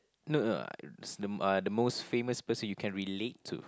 no no uh s~ the m~ uh the most famous person you can relate to